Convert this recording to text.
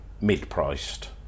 mid-priced